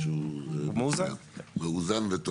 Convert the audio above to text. תושב או ששני עובדים שעובדים באותו מקום עבודה,